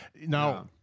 now